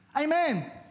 Amen